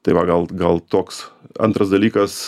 tai va gal gal toks antras dalykas